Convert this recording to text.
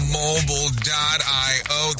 mobile.io